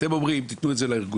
אתם אומרים, תתנו את זה לארגונים.